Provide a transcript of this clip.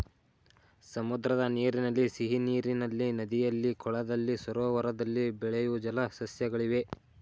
ಸಮುದ್ರದ ನೀರಿನಲ್ಲಿ, ಸಿಹಿನೀರಿನಲ್ಲಿ, ನದಿಯಲ್ಲಿ, ಕೊಳದಲ್ಲಿ, ಸರೋವರದಲ್ಲಿ ಬೆಳೆಯೂ ಜಲ ಸಸ್ಯಗಳಿವೆ